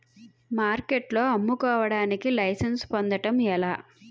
మార్కెట్లో అమ్ముకోడానికి లైసెన్స్ పొందడం ఎలా?